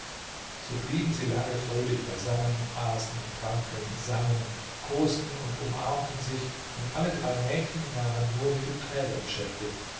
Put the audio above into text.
so blieben sie lange fröhlich beisammen aßen tranken sangen kosten und umarmten sich und alle drei mädchen waren nur mit dem träger beschäftigt